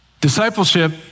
Discipleship